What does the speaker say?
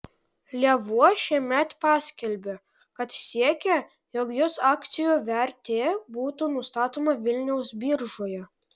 lėvuo šiemet paskelbė kad siekia jog jos akcijų vertė būtų nustatoma vilniaus biržoje